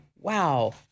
Wow